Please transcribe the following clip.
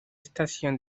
estación